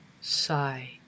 sigh